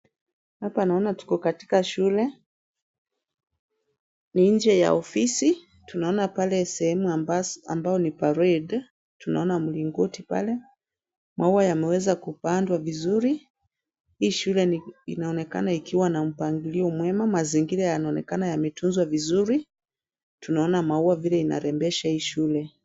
Hapa naona tuko katika shule. Ni nje ya ofisi. Tunaona pale sehemu ambayo ni parade , tunaona mlingoti pale. Maua yameweza kupandwa vizuri .Hii shule inaonekana ikiwa na mpangilio mwema. Mazingira yanaonekana yametunzwa vizuri. Tunaona maua vile inarembesha hii shule.